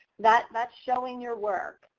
that's that's showing your work.